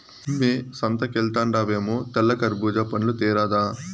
మ్మే సంతకెల్తండావేమో తెల్ల కర్బూజా పండ్లు తేరాదా